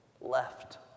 left